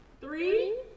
three